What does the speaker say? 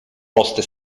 poste